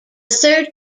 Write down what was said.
third